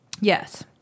Yes